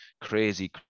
crazy